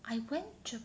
I went Jap~